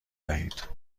دهید